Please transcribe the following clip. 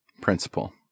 principle